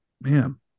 Man